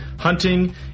hunting